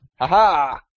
Ha-ha